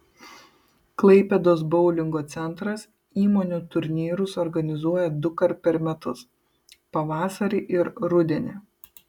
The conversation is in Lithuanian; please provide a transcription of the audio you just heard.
klaipėdos boulingo centras įmonių turnyrus organizuoja dukart per metus pavasarį ir rudenį